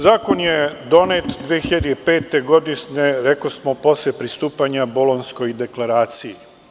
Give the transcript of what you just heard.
Zakon je donet 2005. godine, a posle pristupanja Bolonjskoj deklaraciji.